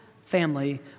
family